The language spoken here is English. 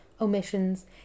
omissions